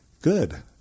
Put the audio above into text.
good